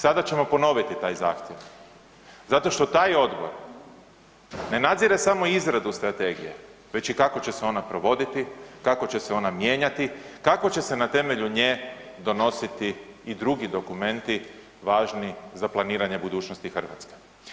Sada ćemo ponoviti taj zahtjev zato što taj odbor ne nadzire samo izradu strategije već i kako će se ona provoditi, kako će se ona mijenjati, kako će se na temelju nje donositi i drugi dokumenti važni za planiranje budućnosti Hrvatske.